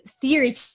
theory